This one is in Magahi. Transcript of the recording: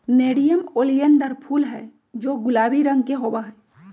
नेरियम ओलियंडर फूल हैं जो गुलाबी रंग के होबा हई